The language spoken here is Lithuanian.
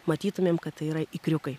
matytumėm kad tai yra ikriukai